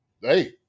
Hey